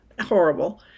horrible